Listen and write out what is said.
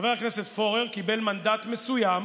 חבר הכנסת פורר קיבל מנדט מסוים